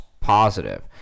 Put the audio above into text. positive